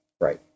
Right